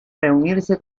reunirse